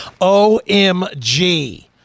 OMG